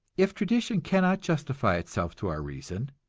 if tradition cannot justify itself to our reason,